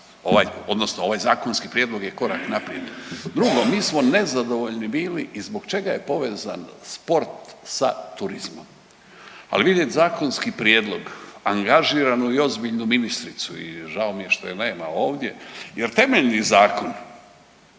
odnosno ovaj zakonski prijedlog je korak naprijed. Drugo, mi smo nezadovoljni bili i zbog čega je povezan sport sa turizmom, ali vidit zakonski prijedlog, angažiranu i ozbiljnu ministricu i žao mi je što je nema ovdje jer temeljni zakon